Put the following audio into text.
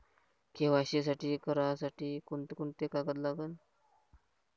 KYC करासाठी कोंते कोंते कागद लागन?